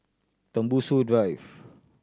Tembusu Drive